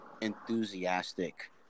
enthusiastic